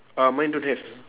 uh mine don't have